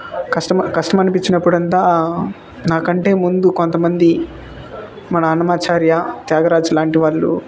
కష్టం కష్టం అనిపించినప్పుడు అంతా నాకంటే ముందు కొంతమంది మన అన్నమాచార్య త్యాగరాజులాంటి వాళ్ళు